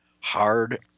hard